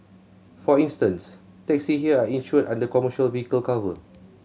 for instance taxis here are insured under commercial vehicle cover